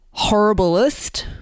horriblest